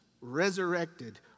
resurrected